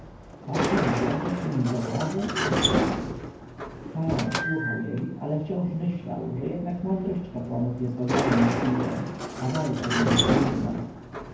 tronie także wywdzięczasz się im za władzę faraon słuchał jej ale wciąż myślał że jednak mądrość kapłanów jest ogromną siłą a walka z nimi trudna